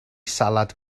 salad